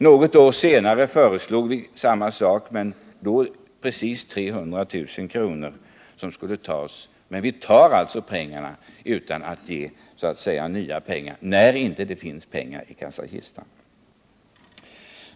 Något år senare föreslog vi återigen, precis som i dag, 300 000 kr. Man måste vara konsekvent — finns ej pengar i kassakistan måste man avstå.